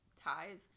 ties